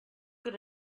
good